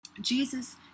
Jesus